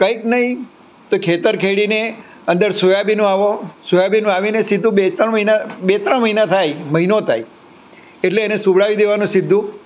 કંઈ જ નહીં તો ખેતર ખેડીને અંદર સોયાબીન વાવો સોયાબીન વાવીને સીધું બે તણ મહિના બે ત્રણ મહિના થાય મહિનો થાય એટલે એને સુવડાવી દેવાનું સીધું